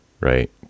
right